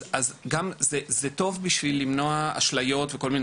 זה טוב בשביל מנוע אשליות וכל מיני